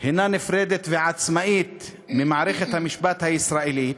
הנה נפרדת ועצמאית ממערכת המשפט הישראלית,